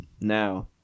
Now